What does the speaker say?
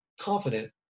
confident